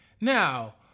Now